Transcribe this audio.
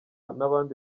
n’abandi